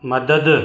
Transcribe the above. मदद